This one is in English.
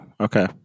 okay